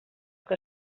que